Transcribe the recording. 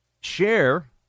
share